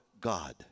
God